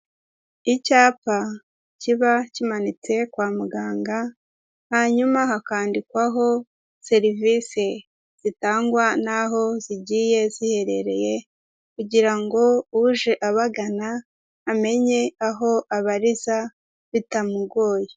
Icyapa kiba kimanitse kwa muganga, hanyuma hakandikwaho serivisi zitangwa n'aho zigiye ziherereye kugira ngo uje abagana amenye aho abariza bitamugoye.